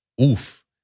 Oof